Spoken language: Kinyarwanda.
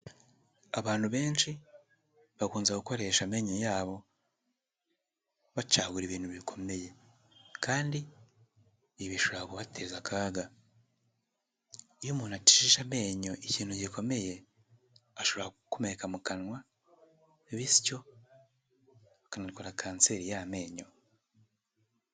Abantu benshi bakunze gukoresha amenyo yabo bacagagura ibintu bikomeye, kandi ibi bishobora kubatera akaga. Iyo umuntu acishije amenyo ikintu gikomeye ashobora gukomereka mu kanwa bityo akanarwara kanseri y'amenyo.